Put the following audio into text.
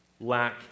lack